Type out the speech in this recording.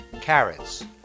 carrots